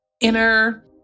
inner